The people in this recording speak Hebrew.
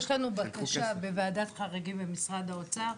יש לנו בקשה בוועדת חריגים במשרד האוצר,